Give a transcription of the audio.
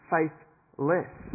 Faithless